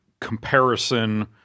comparison